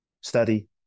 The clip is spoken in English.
Study